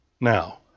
now